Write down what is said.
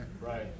Right